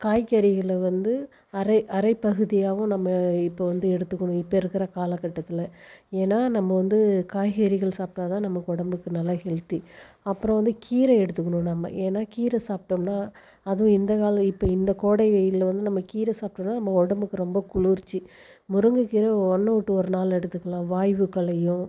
காய்கறிகளை வந்து அரை அரை பகுதியாகவும் நம்ம இப்போ வந்து எடுத்துக்குணும் இப்போ இருக்குகிற காலகட்டத்தில் ஏன்னால் நம்ம வந்து காய்கறிகள் சாப்பிட்டா தான் நமக்கு உடம்புக்கு நல்லா ஹெல்த்தி அப்புறம் வந்து கீரை எடுத்துக்குணும் நம்ம ஏன்னால் கீரை சாப்பிட்டோம்னா அதுவும் இந்த கால இப்போ இந்த கோடை வெயிலில் வந்து நம்ம கீரை சாப்பிட்டோம்னா நம்ம உடம்புக்கு ரொம்ப குளிர்ச்சி முருங்கக்கீரை ஒன்று விட்டு ஒரு நாள் எடுத்துக்குலாம் வாய்வு கலையும்